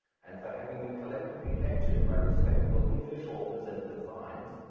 and for having them collectively lectured by respectable english authors and divines,